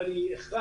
אבל היא הכרח